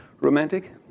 romantic